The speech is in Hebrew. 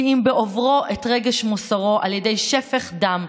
אחד בעוברו את רגש מוסרו על ידי שפך דם,